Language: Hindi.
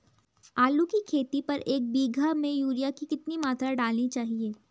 आलू की खेती पर एक बीघा में यूरिया की कितनी मात्रा डालनी चाहिए?